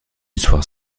histoire